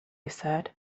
said